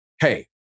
hey